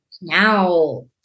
now